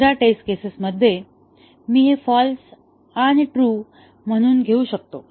दुसऱ्या test cases मध्ये मी हे फाँल्स आणि हे ट्रू म्हणून घेऊ शकतो